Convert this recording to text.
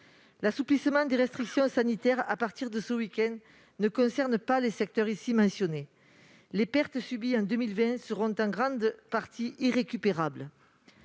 L'assouplissement des restrictions sanitaires à partir de ce week-end ne concerne pas les secteurs ici mentionnés, et les pertes subies en 2020 seront en grande partie irrécupérables.